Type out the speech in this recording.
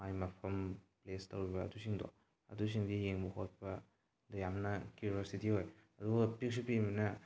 ꯃꯥꯒꯤ ꯃꯐꯝ ꯄ꯭ꯂꯦꯁ ꯇꯧꯔꯤꯕ ꯑꯗꯨꯁꯤꯡꯗꯣ ꯑꯗꯨꯁꯤꯡꯗꯣ ꯌꯦꯡꯕ ꯈꯣꯠꯄ ꯑꯗꯨ ꯌꯥꯝꯅ ꯀ꯭ꯌꯨꯔꯣꯁꯤꯇꯤ ꯑꯣꯏ ꯑꯗꯨꯒ ꯄꯤꯛꯁꯨ ꯄꯤꯛꯏꯃꯤꯅ